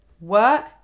work